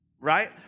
Right